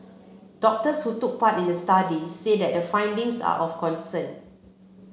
doctors who took part in the study said that the findings are of concern